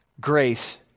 Grace